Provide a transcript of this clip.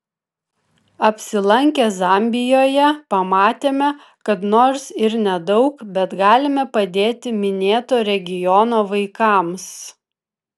apsilankę zambijoje pamatėme kad nors ir nedaug bet galime padėti minėto regiono vaikams